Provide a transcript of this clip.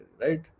right